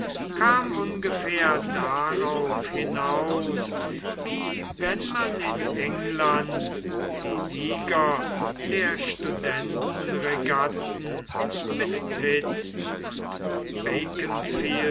kam ungefähr darauf hinaus wie wenn man in england die sieger der studentenregatten mit pitt und